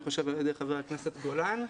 אני חושב על ידי חבר הכנסת גולן.